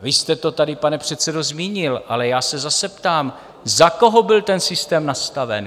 Vy jste to tady, pane předsedo, zmínil, ale já se zase ptám, za koho byl ten systém nastaven?